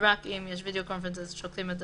יש וידיאו קונפרנס, שולחים את